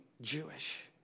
Jewish